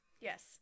Yes